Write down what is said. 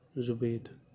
زبید